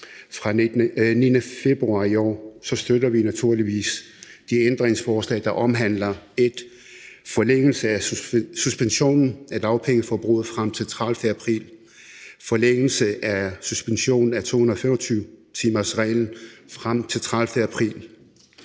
den 9. februar i år, støtter vi naturligvis de ændringsforslag, der omhandler forlængelse af suspension af dagpengeforbruget frem til den 30. april, forlængelse af suspension af 225-timersreglen frem til den 30. april